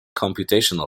computational